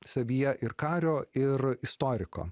savyje ir kario ir istoriko